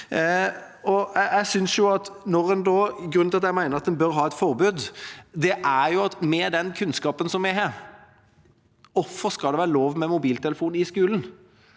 grunnen til at jeg mener at en bør ha et forbud: Med den kunnskapen vi har, hvorfor skal det være lov med mobiltelefon i skolen?